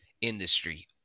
industry